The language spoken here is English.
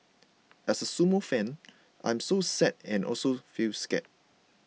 as a sumo fan I am so sad and also feel scared